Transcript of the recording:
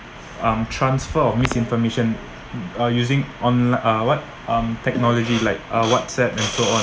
um transfer of misinformation uh using onli~ uh what um technology like whatsapp and so on